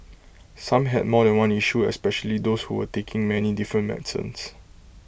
some had more than one issue especially those who were taking many different medicines